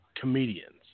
comedians